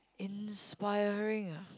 inspiring ah